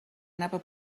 anava